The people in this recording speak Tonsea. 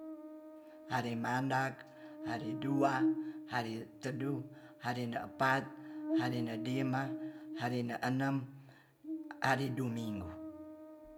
Hari mandak hari dua hari tedu hari depat hari ne lima hari ne enem hari ne duminggu